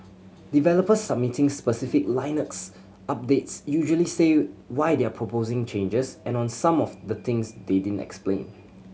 developers submitting specific Linux updates usually say why they're proposing changes and on some of the things they didn't explain